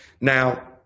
Now